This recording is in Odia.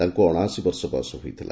ତାଙ୍କୁ ଅଣାଅଶୀ ବର୍ଷ ବୟସ ହୋଇଥିଲା